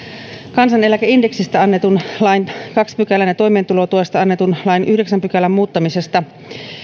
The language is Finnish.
kansaneläkeindeksistä annetun lain toisen pykälän ja toimeentulotuesta annetun lain yhdeksännen pykälän muuttamisesta